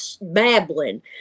babbling